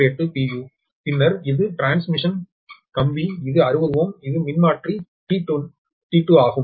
u பின்னர் இது transmission கம்பி இது 60Ω இது மின்மாற்றி T2 ஆகும்